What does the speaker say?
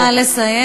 נא לסיים.